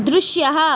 दृश्यः